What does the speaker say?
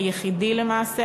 היחיד למעשה,